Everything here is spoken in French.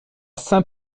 saint